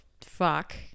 fuck